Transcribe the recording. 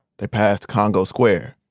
they passed congo square.